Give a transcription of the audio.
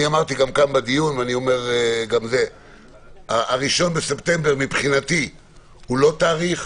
אמרתי גם בדיון - 1 בספטמבר מבחינתי הוא לא תאריך.